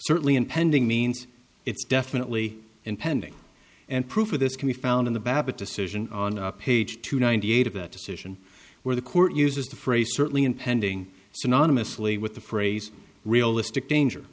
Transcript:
certainly impending means it's definitely impending and proof of this can be found in the babbitt decision on page two ninety eight of that decision where the court uses the phrase certainly impending synonymously with the phrase realistic danger